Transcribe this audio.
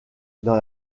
dans